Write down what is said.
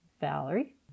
Valerie